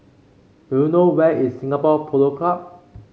do you know where is Singapore Polo Club